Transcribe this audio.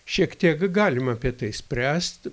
šiek tiek galim apie tai spręst